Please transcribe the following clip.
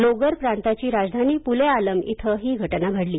लोगर प्रांताची राजधानी पुले आलम इथं ही घटना घडली